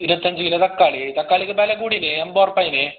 ഇരുപത്തി അഞ്ച് കിലോ തക്കാളി തക്കാളിക്ക് ഇപ്പം വില കൂടീന് എമ്പ റുപ്പ ആയിന്